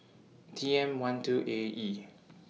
T M one two A E